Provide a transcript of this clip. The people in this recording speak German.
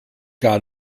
gar